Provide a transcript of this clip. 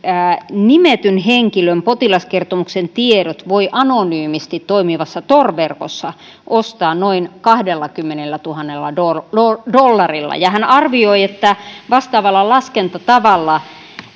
nimetyn henkilön potilaskertomuksen tiedot voi anonyymisti toimivassa tor verkossa ostaa noin kahdellakymmenellätuhannella dollarilla dollarilla ja hän arvioi että vastaavalla laskentatavalla